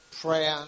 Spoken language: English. prayer